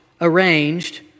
arranged